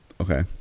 Okay